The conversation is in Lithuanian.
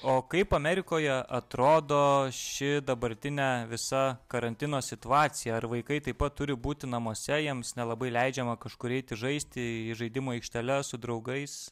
o kaip amerikoje atrodo ši dabartinė visa karantino situacija ar vaikai taip pat turi būti namuose jiems nelabai leidžiama kažkur eiti žaisti į žaidimų aikšteles su draugais